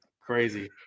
crazy